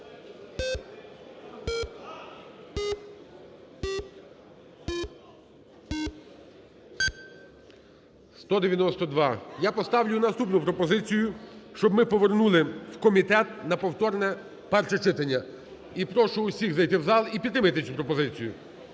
192. Я поставлю наступну пропозицію: щоб ми повернули в комітет на повторне перше читання. І прошу усіх зайти в зал, і підтримайте цю пропозицію,